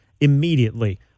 immediately